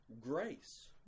grace